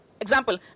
example